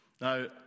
Now